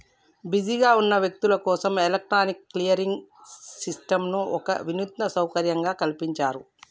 బిజీగా ఉన్న వ్యక్తులు కోసం ఎలక్ట్రానిక్ క్లియరింగ్ సిస్టంను ఒక వినూత్న సౌకర్యంగా కల్పించారు